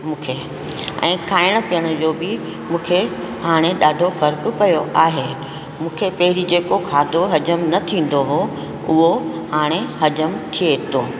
मूंखे ऐं खाइण पीअण जो बि मूंखे हाणे ॾाढो फ़र्कु पियो आहे मूंखे पहिरीं जेको खाधो हजम न थींदो हो उहो हाणे हजम थिए थे